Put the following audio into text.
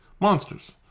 monsters